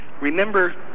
remember